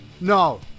no